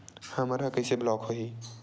हमर ह कइसे ब्लॉक होही?